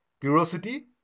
Curiosity